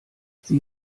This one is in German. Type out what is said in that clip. sie